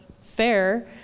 fair